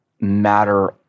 matter